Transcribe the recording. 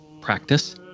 practice